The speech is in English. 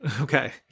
Okay